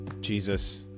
Jesus